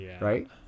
right